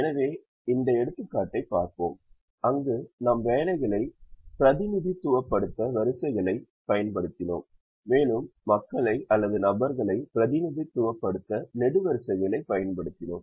எனவே இந்த எடுத்துக்காட்டைப் பார்ப்போம் அங்கு நாம் வேலைகளை பிரதிநிதித்துவப்படுத்த வரிசைகளைப் பயன்படுத்தினோம் மேலும் மக்களைப் அல்லது நபர்களை பிரதிநிதித்துவப்படுத்த நெடுவரிசைகளைப் பயன்படுத்தினோம்